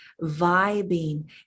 vibing